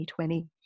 2020